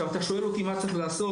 אם אתה שואל אותי על מה צריך לעשות,